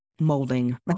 molding